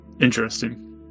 Interesting